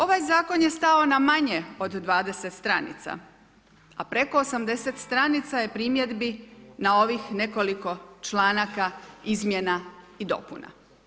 Ovaj zakon je stao na manje od 20 stranica, a preko 80 stranica je primjedbi na ovih nekoliko članaka izmjena i dopuna.